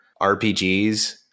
RPGs